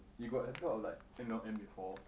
you got have you heard of like M_L_M before